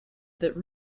that